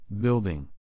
Building